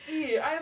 !hey! I